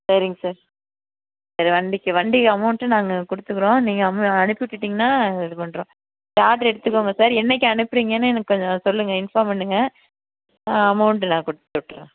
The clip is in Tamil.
சரிங்க சார் சரி வண்டிக்கு வண்டி அமௌண்டு நாங்கள் கொடுத்துக்குறோம் நீங்கள் அவங்கள அனுப்பிவிட்டுட்டிங்கனா இது பண்றோம் சார்ஜ் எடுத்துக்கோங்க சார் என்றைக்கி அனுப்புறீங்கனு எனக்கு கொஞ்சம் சொல்லுங்கள் இன்ஃபார்ம் பண்ணுங்கள் அமௌண்டு நான் கொடுத்து விட்டுட்றேன்